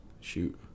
shoot